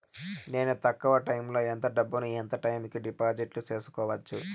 నేను తక్కువ టైములో ఎంత డబ్బును ఎంత టైము కు డిపాజిట్లు సేసుకోవచ్చు?